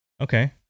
Okay